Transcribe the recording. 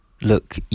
look